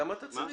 כמה אתה צריך?